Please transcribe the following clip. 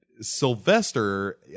Sylvester